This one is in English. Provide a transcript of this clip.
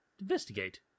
investigate